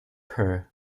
her